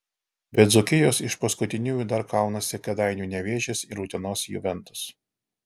be dzūkijos iš paskutiniųjų dar kaunasi kėdainių nevėžis ir utenos juventus